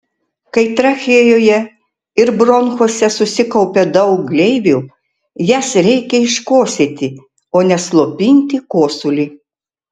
kai trachėjoje ir bronchuose susikaupia daug gleivių jas reikia iškosėti o ne slopinti kosulį